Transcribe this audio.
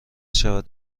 شود